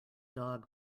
dog